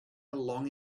along